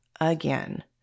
again